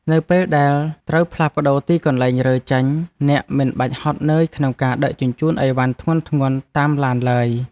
នៅពេលដែលត្រូវផ្លាស់ប្ដូរទីកន្លែងរើចេញអ្នកមិនបាច់ហត់នឿយក្នុងការដឹកជញ្ជូនអីវ៉ាន់ធ្ងន់ៗតាមឡានឡើយ។